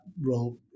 role